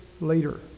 later